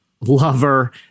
lover